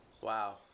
Wow